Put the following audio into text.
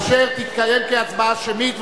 אשר תתקיים כהצבעה שמית,